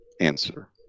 answer